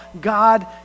God